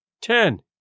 ten